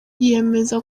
yemeza